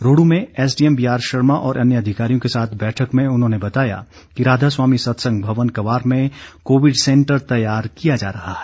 रोहडू में SDM BR Sharma और अन्य अधिकारियों के साथ बैठक में उन्होंने बताया कि राधास्वामी सत्संग भवन क्वार में कोविड सैंटर तैयार किया जा रहा है